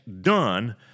done